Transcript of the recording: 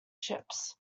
ships